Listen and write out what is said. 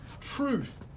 truth